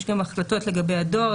יש גם החלטות לגבי הדואר,